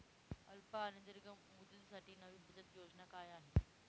अल्प आणि दीर्घ मुदतीसाठी नवी बचत योजना काय आहे?